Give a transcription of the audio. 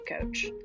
coach